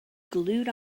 glued